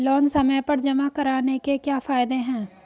Loan समय पर जमा कराने के क्या फायदे हैं?